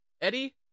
Eddie